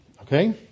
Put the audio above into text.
Okay